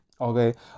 Okay